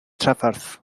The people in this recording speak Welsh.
trafferth